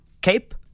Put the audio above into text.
Cape